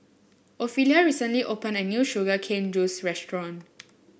Ofelia recently opened a new Sugar Cane Juice Restaurant